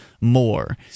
more